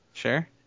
sure